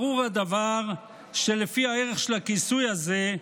ברור הדבר שלפי הערך של הכיסוי הזה,